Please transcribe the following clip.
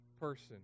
person